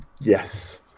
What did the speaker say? Yes